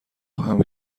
خواهم